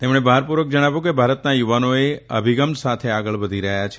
તેઓએ ભારપૂર્વક જણાવ્યું કે ભારતના યુવાઓએ અભિગમ સાથે આગળ વધી રહ્યો છે